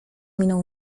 minął